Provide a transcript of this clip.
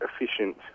efficient